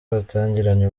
batangiranye